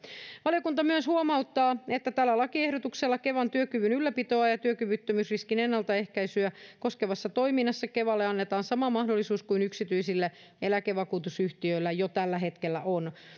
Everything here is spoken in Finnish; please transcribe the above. valiokunta myös huomauttaa että tällä lakiehdotuksella kevan työkyvyn ylläpitoa ja työkyvyttömyysriskin ennaltaehkäisyä koskevassa toiminnassa kevalle annetaan sama mahdollisuus kuin yksityisillä eläkevakuutusyhtiöillä jo tällä hetkellä on